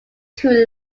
too